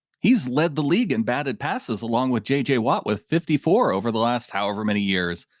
he's led the league in batted passes along with jj watt with fifty four over the last, however many years,